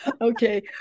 Okay